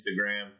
Instagram